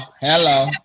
hello